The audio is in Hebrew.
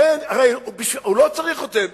הוא לא צריך לצאת נגדי,